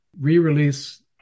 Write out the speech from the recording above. re-release